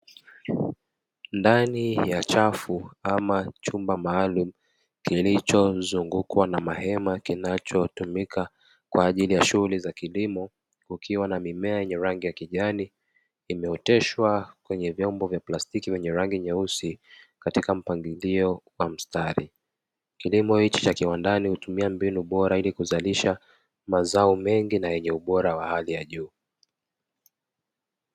Ndani ya chafu ama chumba maalumu kilichozungukwa na mahema kinachotumika kwa ajili ya shughuli za kilimo kukiwa na mimea yenye rangi ya kijani imeoteshwa kwenye vyombo vya plastiki vyenye rangi nyeusi, katika mpangilio wa mstari, kilimo hiki cha viwandani hutumia mbinu bora ili kuzalisha mazao mengi na yenye ubora wa hali ya juu.